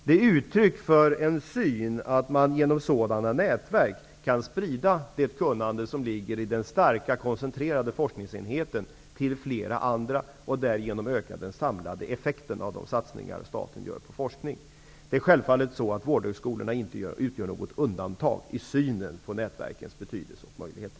Det är ett uttryck för en syn, att man genom sådana nätverk kan sprida det kunnande som finns i den starka koncentrerade forskningsenheten till flera. Därigenom ökar den samlade effekten av statens satsningar på forskning. Det är självfallet så, att vårdhögskolorna inte utgör något undantag i synen på nätverkens betydelse och möjligheter.